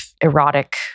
erotic